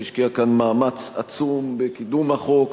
שהשקיעה כאן מאמץ עצום בקידום החוק,